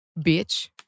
bitch